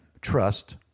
trust